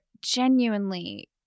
genuinely